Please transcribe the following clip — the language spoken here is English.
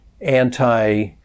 anti